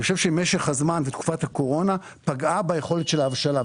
אני חושב שמשך הזמן בתקופת הקורונה פגעה ביכולת של ההבשלה.